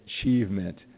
achievement